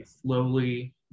slowly